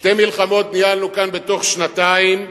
שתי מלחמות ניהלנו כאן בתוך שנתיים,